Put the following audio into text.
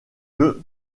the